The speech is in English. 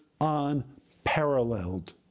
unparalleled